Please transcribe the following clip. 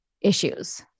issues